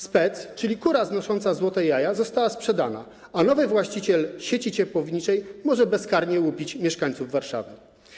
SPEC, czyli kura znosząca złote jaja, została sprzedana, a nowy właściciel sieci ciepłowniczej może bezkarnie łupić mieszkańców Warszawy.